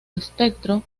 espectro